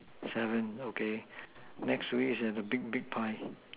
seven okay next to it is the big big pie